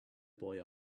boy